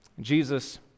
Jesus